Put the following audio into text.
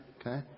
Okay